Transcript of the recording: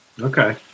Okay